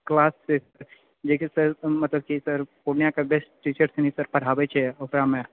class से जेकि sir मतलब कि सर पूर्णियाके बेस्ट टीचर सभ भी पढ़ाबै छै ओकरामे